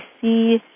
see